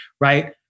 right